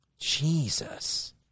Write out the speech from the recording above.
Jesus